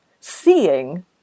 seeing